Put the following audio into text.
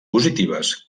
positives